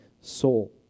soul